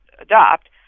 adopt